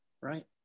right